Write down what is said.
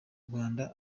rwanda